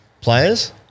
players